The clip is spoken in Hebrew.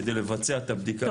כדי לבצע את הבדיקה הזאת.